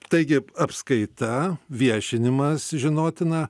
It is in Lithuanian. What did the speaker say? taigi apskaita viešinimas žinotina